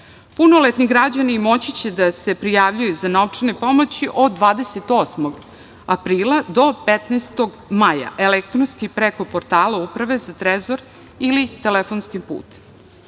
evra. Punoletni građani moći će da se prijavljuju za novčane pomoći od 28. aprila do 15. maja, elektronski, preko portala Uprave za trezor ili telefonskim